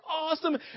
awesome